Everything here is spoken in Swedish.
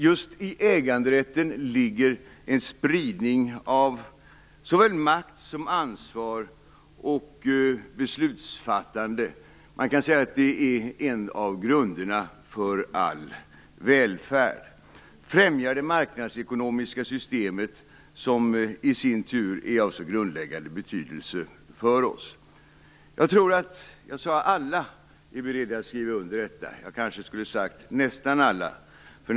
Just i äganderätten ligger en spridning av såväl makt som ansvar och beslutsfattande. Man kan säga att den är en av grunderna för all välfärd. Den främjar det marknadsekonomiska systemet, som i sin tur är av så grundläggande betydelse för oss. Jag sade att alla är beredda att skriva under detta. Jag kanske skulle ha sagt nästan alla.